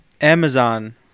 amazon